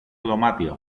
δωμάτιο